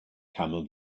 camel